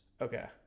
Okay